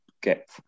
get